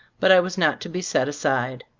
but i was not to be set aside.